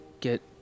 get